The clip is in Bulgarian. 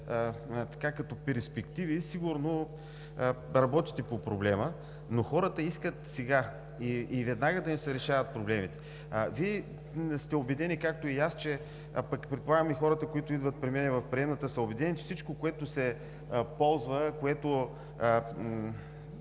като перспективи. Сигурно работите по проблема, но хората искат сега и веднага да им се решават проблемите. Вие сте убедени, както и аз, а пък предполагам и хората, които идват при мен в приемната, са убедени, че всичко, което се ползва, което